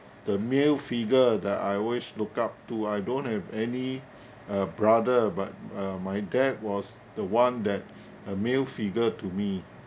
the male figure that I always look up to I don't have any uh brother but uh my dad was the one that a male figure to me